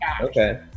Okay